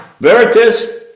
Veritas